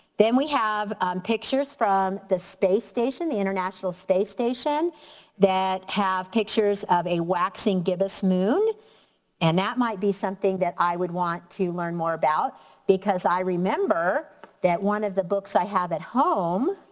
then we have pictures from the space station, the international space station that have pictures of a waxing gibbous moon and that might be something that i would want to learn more about because i remember that one of the books i have at home